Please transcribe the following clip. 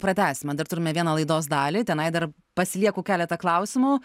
pratęsime dar turime vieną laidos dalį tenai dar pasilieku keletą klausimų